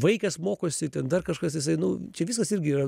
vaikas mokosi ten dar kažkas jisai nu čia visos irgi yra